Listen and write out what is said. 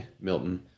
Milton